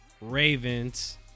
Ravens